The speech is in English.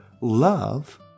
love